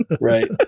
Right